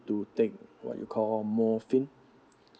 to take what you call morphine